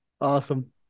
Awesome